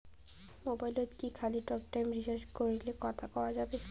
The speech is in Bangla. মোবাইলত কি খালি টকটাইম রিচার্জ করিলে কথা কয়া যাবে?